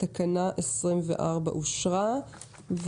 תקנה 24 אושרה פה אחד.